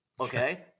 Okay